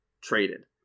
traded